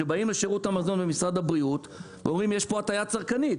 כשבאים לשירות המזון במשרד הבריאות ואומרים שיש פה הטיה צרכנית,